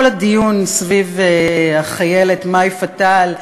כל הדיון סביב החיילת מאי פטאל,